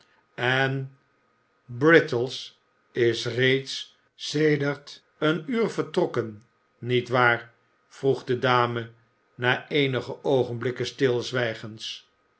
en brittles is reeds sedert een uur vertrokken niet waar vroeg de dame na eenige oogenblikken stilzwijgens